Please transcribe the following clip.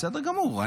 בסדר גמור.